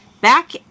back